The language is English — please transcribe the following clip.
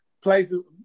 Places